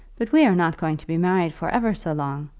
but we are not going to be married for ever so long.